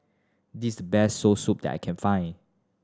this is the best Soursop that I can find